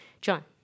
John